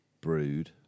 brewed